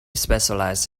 specializes